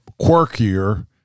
quirkier